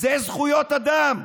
זה זכויות אדם.